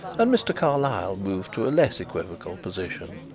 and mr. carlyle moved to a less equivocal position.